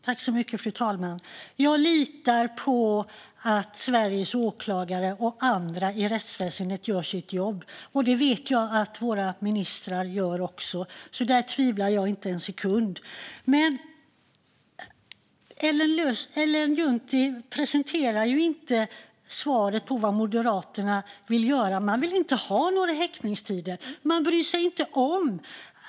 Fru talman! Jag litar på att Sveriges åklagare och andra i rättsväsendet gör sitt jobb, och det vet jag att våra ministrar gör också. Där tvivlar jag inte en sekund. Men Ellen Juntti presenterar inte svaret på vad Moderaterna vill göra. Man vill inte ha några tidsgränser för häktningstider.